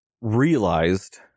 realized